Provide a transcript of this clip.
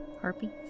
Harpy